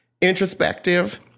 introspective